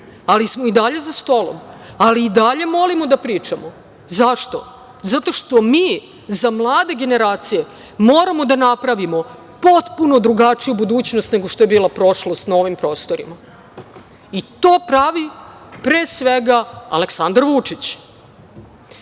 ali smo i dalje za stolom, ali i dalje molimo da pričamo. Zašto? Zato što mi za mlade generacije moramo da napravimo potpuno drugačiju budućnost nego što je bila prošlost na ovim prostorima. To pravi pre svega Aleksandar